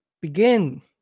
begin